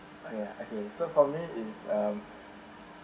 okay ah ya okay for me it's um